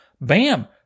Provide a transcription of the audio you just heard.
bam